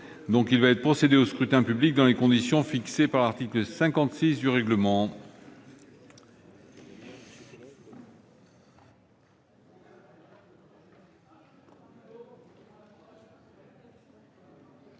Il va être procédé au scrutin dans les conditions fixées par l'article 56 du règlement.